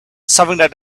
something